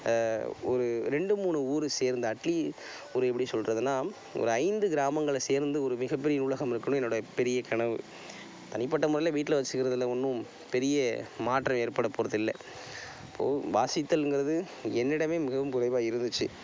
ஒரு ரெண்டு மூணு ஊர் சேர்ந்து அட்லீ ஒரு எப்படி சொல்கிறதுனா ஒரு ஐந்து கிராமங்களை சேர்ந்து ஒரு மிகப்பெரிய நூலகம் வெக்கணும் என்னோடைய பெரிய கனவு தனிப்பட்ட முறையில் வீட்டில் வெச்சிக்கறதில்லை ஒன்றும் பெரிய மாற்றம் ஏற்பட போகிறதில்ல இப்போது வாசித்தல் இங்கறது என்னிடமே மிகவும் குறைவாக இருந்துச்சு